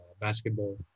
basketball